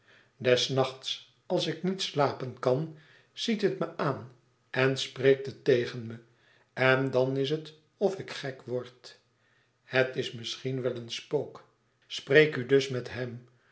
des nachts als ik niet slapen kan ziet het me aan en spreekt het tegen me en dan is het of ik gek word het is misschien wel een spook spreek u dus met hem